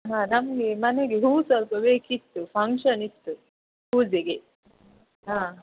ಹಾಂ ನಮಗೆ ಮನೆಗೆ ಹೂ ಸ್ವಲ್ಪ ಬೇಕಿತ್ತು ಫಂಕ್ಷನ್ ಇತ್ತು ಪೂಜೆಗೆ ಹಾಂ